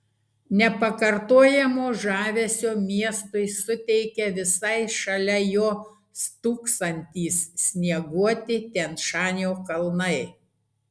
nepakartojamo žavesio miestui suteikia visai šalia jo stūksantys snieguoti tian šanio kalnai